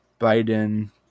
Biden